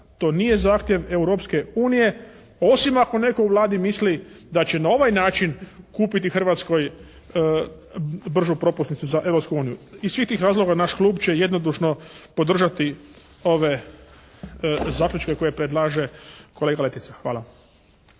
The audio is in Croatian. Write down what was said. to nije zahtjev Europske unije osim ako netko u Vladi misli da će na ovaj način kupiti Hrvatskoj bržu propusnicu za Europsku uniju. Iz svih tih razloga naš klub će jednodušno podržati ove zaključke koje predlaže kolega Letica. Hvala.